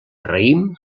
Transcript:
raïm